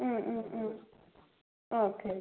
ഓക്കെയിട്ട്